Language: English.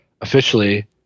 officially